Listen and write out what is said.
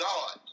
God